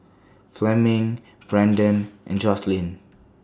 Fleming Brendan and Joslyn